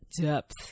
depth